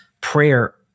prayer